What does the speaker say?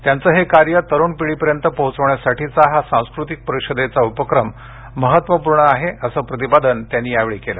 त्यांचं हे कार्य तरूण पिढीपर्यंत पोहोचण्यासाठीचा हा सांस्कृतिक परिषदेचा उपक्रम महत्वपूर्ण आहे असे प्रतिपादन त्यांनी यावेळी बोलताना केलं